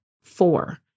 four